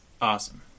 Awesome